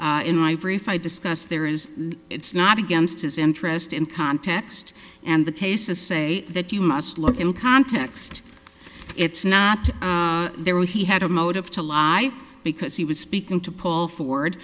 i discuss there is it's not against his interest in context and the cases say that you must love in context it's not there when he had a motive to lie because he was speaking to pull for